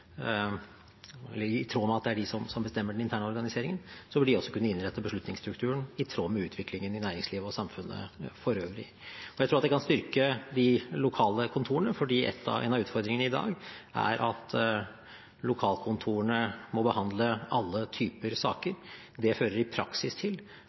de også kunne innrette beslutningsstrukturen i tråd med utviklingen i næringslivet og samfunnet for øvrig. Jeg tror at det kan styrke de lokale kontorene, fordi en av utfordringene i dag er at lokalkontorene må behandle alle typer saker. Det fører i praksis til